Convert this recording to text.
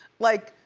like,